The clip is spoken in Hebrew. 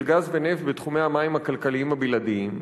גז ונפט בתחומי המים הכלכליים הבלעדיים,